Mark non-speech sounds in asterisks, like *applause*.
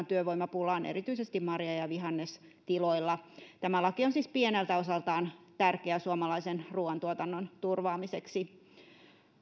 *unintelligible* työvoimapulaan erityisesti marja ja ja vihannestiloilla tämä laki on siis pieneltä osaltaan tärkeä suomalaisen ruuantuotannon turvaamiseksi